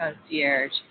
concierge